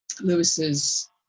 Lewis's